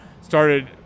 started